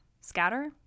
scatter